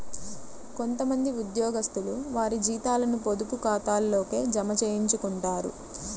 కొంత మంది ఉద్యోగస్తులు వారి జీతాలను పొదుపు ఖాతాల్లోకే జమ చేయించుకుంటారు